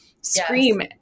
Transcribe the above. scream